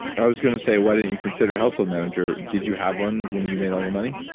i was gonna say why didn't you consider a household manager did you have one when you made all your money?